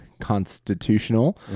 constitutional